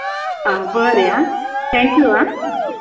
आं बरें आं थँक यू आं